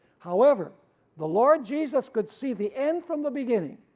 however the lord jesus could see the end from the beginning.